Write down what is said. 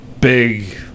big